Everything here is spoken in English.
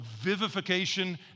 vivification